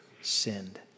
sinned